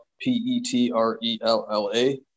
p-e-t-r-e-l-l-a